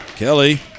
Kelly